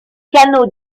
canaux